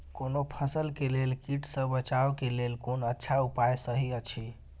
कोनो फसल के लेल कीट सँ बचाव के लेल कोन अच्छा उपाय सहि अछि?